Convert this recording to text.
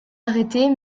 arrêtés